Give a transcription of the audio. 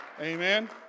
Amen